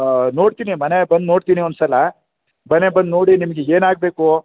ನೋಡ್ತೀನಿ ಮನೆ ಬಂದು ನೋಡ್ತೀನಿ ಒಂದು ಸಲ ಮನೆಗೆ ಬಂದು ನೋಡಿ ನಿಮ್ಗೆ ಏನಾಗಬೇಕು